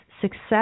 success